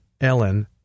Ellen